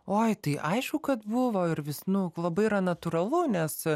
oi tai aišku kad buvo ir vis nu labai yra natūralu nes